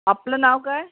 आपलं नाव काय